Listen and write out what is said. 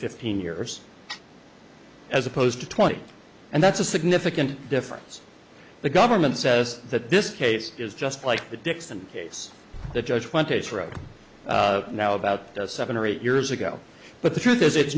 fifteen years as opposed to twenty and that's a significant difference the government says that this case is just like the dixon case the judge went to it's right now about seven or eight years ago but the truth is it's